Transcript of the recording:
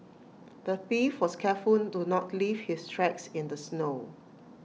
the thief was careful to not leave his tracks in the snow